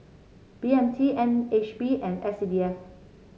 B M T N H B and S C D F